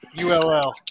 ULL